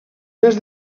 més